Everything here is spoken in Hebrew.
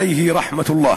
עליהי רחמאתו אללה.